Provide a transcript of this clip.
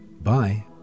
bye